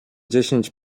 dziesięć